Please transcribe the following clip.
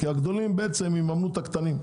כי הם יממנו את הקטנים.